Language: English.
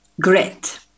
Grit